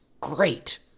great